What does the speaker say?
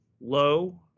low